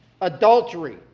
Adultery